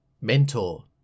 Mentor